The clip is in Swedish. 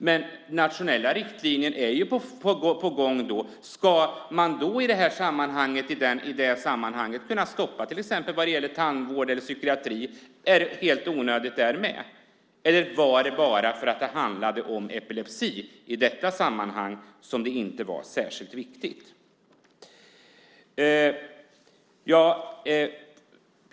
Men nationella riktlinjer är på gång. Ska man då i detta sammanhang kunna stoppa sådana när det gäller tandvård eller psykiatri? Är det helt onödigt där också? Eller var det bara för att det handlade om epilepsi i detta sammanhang som det inte var särskilt viktigt?